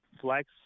flex